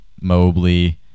Mobley